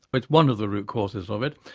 it's one of the recourses of it.